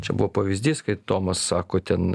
čia buvo pavyzdys kai tomas sako ten